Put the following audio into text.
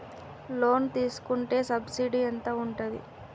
Loan తీసుకుంటే subsidy ఎంత ఉంటది?